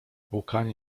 łkanie